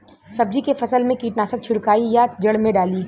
सब्जी के फसल मे कीटनाशक छिड़काई या जड़ मे डाली?